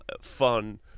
fun